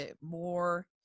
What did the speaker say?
more